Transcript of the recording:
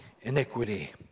iniquity